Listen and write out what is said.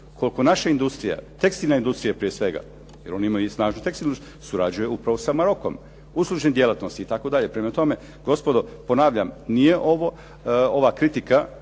koliko naša industrija, tekstilna industrija prije svega, jer oni imaju i snažnu, tekstilna surađuje upravo sa Maroco. Uslužne djelatnosti i tako dalje. Prema tome, gospodo ponavljam, nije ova kritika